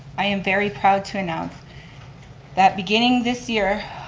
i am very proud to announce that beginning this year,